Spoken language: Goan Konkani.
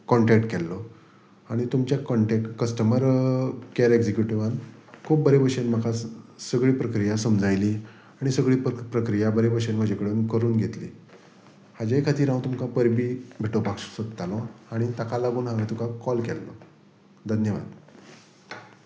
कॉन्टेक्ट केल्लो आनी तुमच्या कॉन्टेक् कस्टमर कॅर एगक्जक्युटिवान खूब बरे भशेन म्हाका सगळी प्रक्रिया समजायली आनी सगळी प्रक्रिया बरे भशेन म्हजे कडेन करून घेतली हाजे खातीर हांव तुमकां परबी भेटोवपाक सोदतालो आनी ताका लागून हांवें तुका कॉल केल्लो धन्यवाद